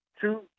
two